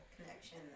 connection